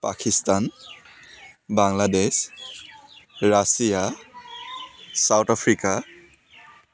Pakistan Bangladesh Russia South Africa